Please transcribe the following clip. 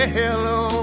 hello